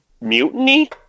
mutiny